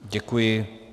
Děkuji.